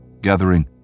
Gathering